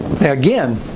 Again